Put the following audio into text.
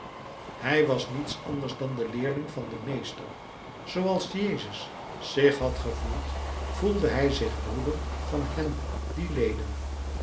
hij was niets dan de leerling van den meester zooals jezus zich had gevoeld voelde hij zich broeder van hen die leden